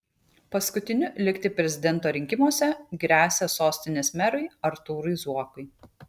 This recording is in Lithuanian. paskutiniu likti prezidento rinkimuose gresia sostinės merui artūrui zuokui